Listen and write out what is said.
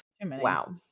wow